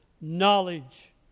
knowledge